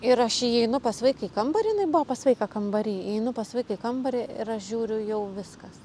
ir aš įeinu pas vaiką į kambarį jinai buvo pas vaiką kambary einu pas vaiką į kambarį ir aš žiūriu jau viskas